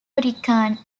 rican